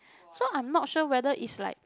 so I'm not sure whether is like